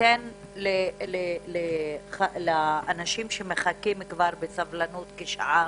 שניתן לאנשים שמחכים בסבלנות כשעה,